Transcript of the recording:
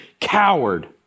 coward